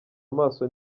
amaso